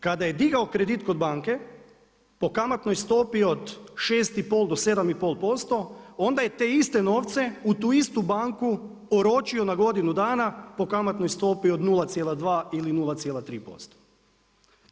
Kada je digao kredit kod banke, po kamatnoj stopi od 6,5 do 7,5%, onda je te iste novce u tu istu banku oročio na godinu dana po kamatnoj stopi od 02, ili 0,3%